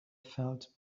felt